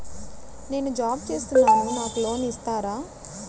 నేను జాబ్ చేస్తున్నాను నాకు లోన్ ఇస్తారా?